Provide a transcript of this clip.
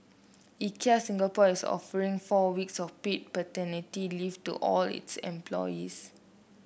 Ikea Singapore is offering four weeks of paid paternity leave to all its employees